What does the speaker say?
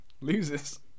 loses